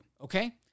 okay